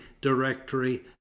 directory